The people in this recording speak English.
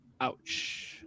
Ouch